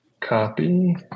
Copy